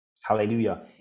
Hallelujah